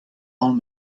ran